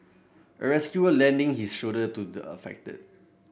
a rescuer lending his shoulder to the affected